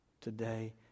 today